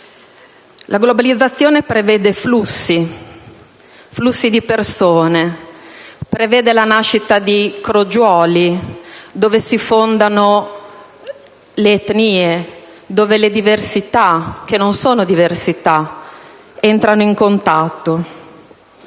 La globalizzazione prevede flussi di persone; prevede la nascita di crogioli, dove si fondano le etnie, dove le diversità (che non sono diversità) entrano in contatto.